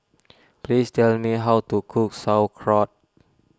please tell me how to cook Sauerkraut